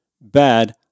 bad